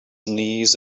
knees